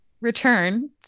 return